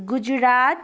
Gujarat